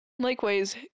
Likewise